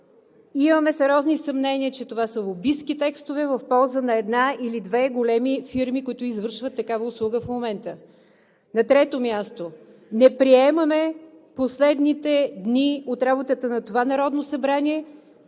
имаме сериозни съмнения, че това са лобистки текстове в полза на една или две големи фирми, които извършват такава услуга в момента. На трето място, не приемаме в последните дни от работата на това Народно събрание